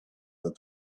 that